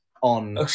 on